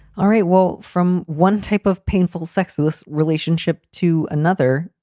all right. well, from one type of painful sexless relationship to another,